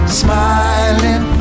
smiling